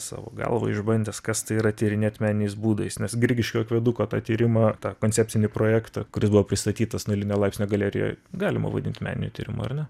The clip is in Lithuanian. savo galva išbandęs kas tai yra tyrinėt meniniais būdais nes grigiškių akveduko tą tyrimą tą koncepsinį projektą kuris buvo pristatytas nulinio laipsnio galerijoj galima vadint meniniu tyrimu ar ne